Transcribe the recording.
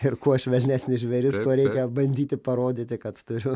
ir kuo švelnesnis žvėris reikia bandyti parodyti kad turiu